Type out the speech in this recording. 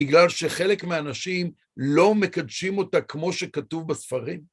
בגלל שחלק מהאנשים לא מקדשים אותה כמו שכתוב בספרים.